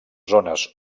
zones